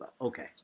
okay